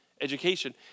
education